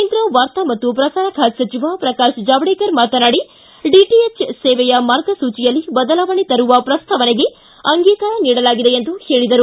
ಕೇಂದ್ರ ವಾರ್ತಾ ಮತ್ತು ಪ್ರಸಾರ ಖಾತೆ ಸಚಿವ ಪ್ರಕಾಶ್ ಜಾವಡೇಕರ್ ಮಾತನಾಡಿದ ಡಿಟಿಎಚ್ ಸೇವೆಯ ಮಾರ್ಗಸೂಚಿಯಲ್ಲಿ ಬದಲಾವಣೆ ತರುವ ಪ್ರಸ್ತಾವನೆಗೆ ಅಂಗೀಕಾರ ನೀಡಲಾಗಿದೆ ಎಂದು ಹೇಳಿದರು